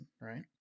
right